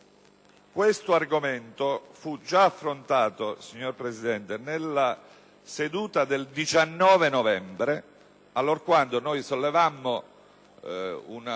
Questo argomento fu già affrontato, signora Presidente, nella seduta del 19 novembre 2008, allorquando noi sollevammo una